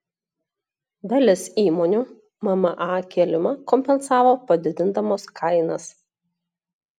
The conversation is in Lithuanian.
dalis įmonių mma kėlimą kompensavo padidindamos kainas